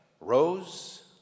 rose